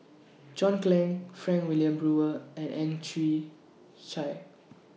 John Clang Frank Wilmin Brewer and Ang Chwee Chai